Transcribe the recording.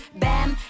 bam